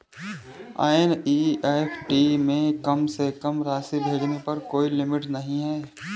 NEFT में कम से कम राशि भेजने पर कोई लिमिट नहीं है